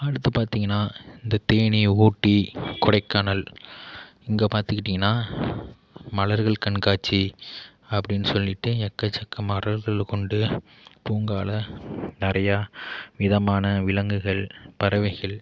அடுத்து பார்த்திங்கன்னா இந்த தேனி ஊட்டி கொடைக்கானல் அங்கே பார்த்துக்கிட்டீங்கன்னா மலர்கள் கண்காட்சி அப்படினு சொல்லிகிட்டு எக்கச்சக்க மலர்களை கொண்டு பூங்காவில் நிறையா விதமான விலங்குகள் பறவைகள்